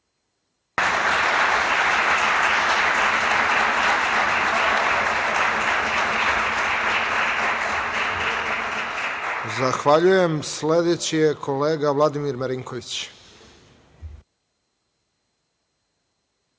Zahvaljujem. Sledeći je kolega Vladimir Marinković.